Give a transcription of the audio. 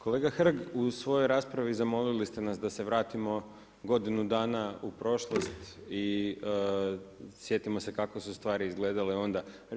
Kolega Hrg, u svojoj raspravi zamolili ste nas da se vratimo godinu dana u prošlost i sjetimo se kako su stvari izgledale onda.